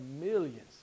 millions